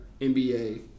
NBA